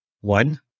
One